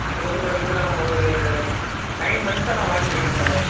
எனக்கு வந்து பார்த்திங்கனா ஒரு நைன் மந்த்ஸாக நான் விளாண்ட்ருக்கேன் சார்